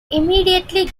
immediately